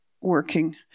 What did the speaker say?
working